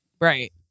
Right